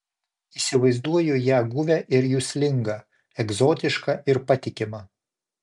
įsivaizduoju ją guvią ir juslingą egzotišką ir patikimą